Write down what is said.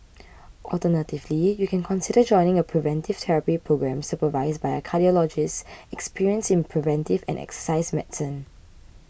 alternatively you can consider joining a preventive therapy programme supervised by a cardiologist experienced in preventive and exercise medicine